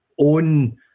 own